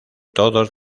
todos